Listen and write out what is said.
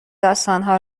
داستانها